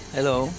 Hello